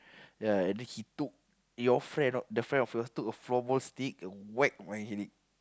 ya and then he took your friend the friend of yours took a floor ball stick and whack my headache